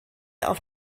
auf